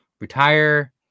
retire